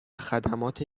خدمات